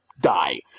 die